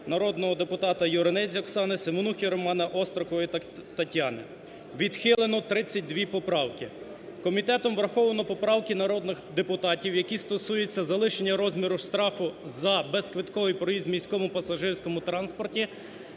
народного депутата Юринець Оксани, Семенухи Романа, Острікової Тетяни. Відхилено 32 поправки. Комітетом враховано поправки народних депутатів, які стосуються залишення розміру штрафу за безквитковий проїзд в міському пасажирському транспорті